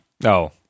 No